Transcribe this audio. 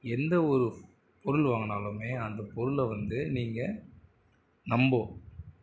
எந்த ஒரு பொருள் வாங்கினாலுமே அந்த பொருளை வந்து நீங்கள் நம்ம